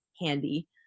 handy